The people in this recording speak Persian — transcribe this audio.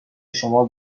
شما